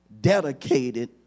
dedicated